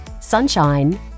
sunshine